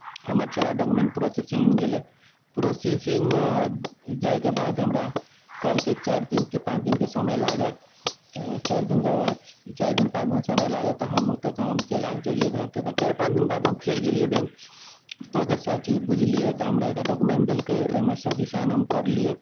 हमर सारा डॉक्युमेन्ट प्रॉसेसिन्गमे गेलै प्रॉसेसिन्गमे जाएके बाद हमरा कहलकै चारि दिनके पाँच दिनके समय लागत चारि दिन चारि दिन पाँच दिनके समय लागत तऽ हम ओतऽ से हम चलि आबैत रहलिए घर तऽ चारि दिन पाँच दिन बाद हम फेर गेलिए बैँक तऽ ओतऽ सबचीज बुझलिए तऽ हमरा एकटा डॉक्युमेन्ट देलकै ओहिमे सबचीज साइन हम करलिए